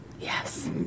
Yes